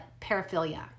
paraphilia